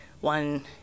one